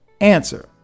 Answer